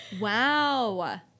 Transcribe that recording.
Wow